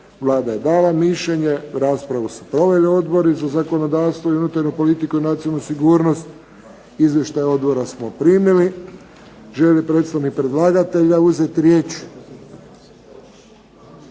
Vlada je dala mišljenje. Raspravu su proveli odbori za zakonodavstvo i unutarnju politiku i nacionalnu sigurnost. Izvještaje odbora smo primili. Želi li predstavnik predlagatelja uzeti riječ?